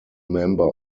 member